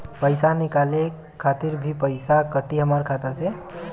पईसा निकाले खातिर भी पईसा कटी हमरा खाता से?